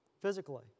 physically